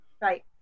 Right